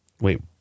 Wait